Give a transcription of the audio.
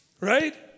Right